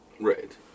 Right